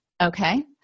Okay